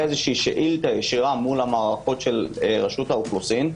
שאילתא ישירה מול המערכות של רשות האוכלוסין,